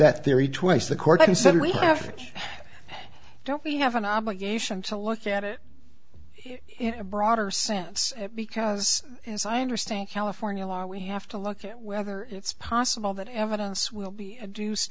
that theory twice the court he said we have don't we have an obligation to look at it in a broader sense because as i understand california law we have to look at whether it's possible that evidence will be a deuced